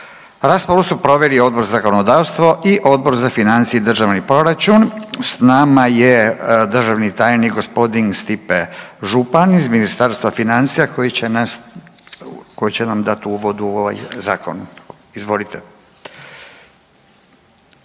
Raspravu su proveli Odbor za zakonodavstvo i Odbor za financije i državni proračun. S nama je državni tajnik g. Stipe Župan iz Ministarstva financija koji će nam dat uvod u ovaj zakon, izvolite.